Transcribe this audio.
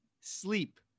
Sleep